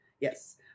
yes